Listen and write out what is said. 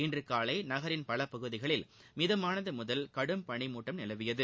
இன்று ஊலை நகரின் பல பகுதிகளில் மிதமானது முதல் கடும் பனி மூட்டம் நிலவியது